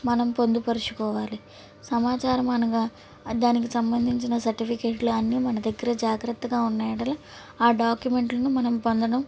మనం పొందుపరచుకోవాలి సమాచారం అనగా దానికి సంబంధించిన సర్టిఫికెట్లు అన్నీ మన దగ్గర జాగ్రత్తగా ఉన్నయెడల ఆ డాక్యుమెంట్లను మనం పొందడం